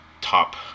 top